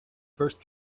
first